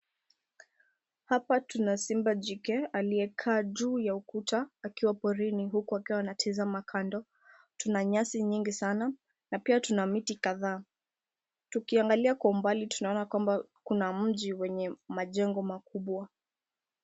Hapa tuna simba jike aliyekaa juu ya ukuta akiwa porini huku akiwa anatizama kando. Tuna nyasi nyingi sana na pia tuna miti kadhaa. Tukiangalia kwa umbali tunaona kwamba kuna mji wenye majengo makubwa.